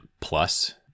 plus